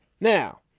Now